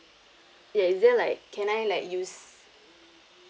ya is there like can I like use